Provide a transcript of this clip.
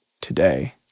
today